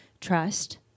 trust